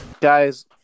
Guys